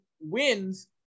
wins